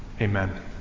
Amen